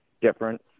different